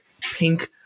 pink